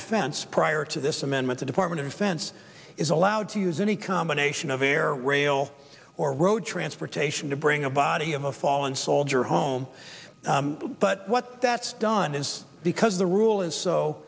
defense prior to this amendment the department of defense is allowed to use any combination of air rail or road transportation to bring a body of a fallen soldier home but what that's done is because the rule is so